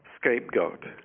scapegoat